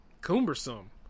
cumbersome